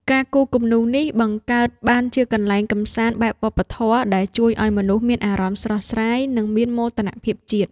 ការគូរគំនូរនេះបង្កើតបានជាកន្លែងកម្សាន្តបែបវប្បធម៌ ដែលជួយឱ្យមនុស្សមានអារម្មណ៍ស្រស់ស្រាយ និងមានមោទនភាពជាតិ។